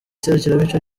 serukiramuco